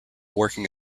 working